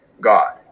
God